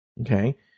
Okay